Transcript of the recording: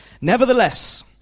Nevertheless